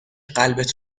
قلبت